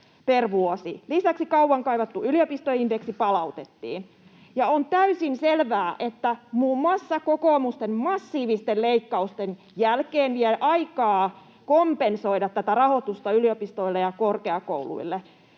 Lisäksi kauan kaivattu yliopistoindeksi palautettiin. On täysin selvää, että muun muassa kokoomuksen massiivisten leikkausten jälkeen vie aikaa kompensoida rahoitusta yliopistoille ja korkeakouluille.